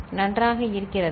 நன்றாக இருக்கிறதா